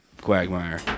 quagmire